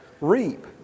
reap